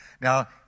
Now